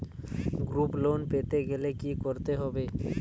Group loan পেতে গেলে কি করতে হবে?